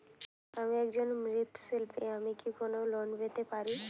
আমি একজন মৃৎ শিল্পী আমি কি কোন লোন পেতে পারি?